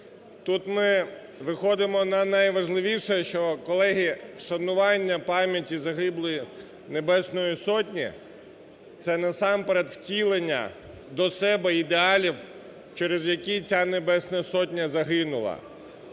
Тут ми виходимо на найважливіше, що, колеги, вшанування пам'яті загиблих Небесної Сотні – це насамперед втілення до себе ідеалів, через які ця Небесна Сотня загинула.